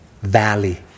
valley